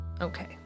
okay